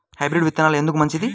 Hybrid విత్తనాలు ఎందుకు మంచిది?